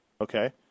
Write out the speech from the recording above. Okay